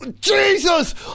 Jesus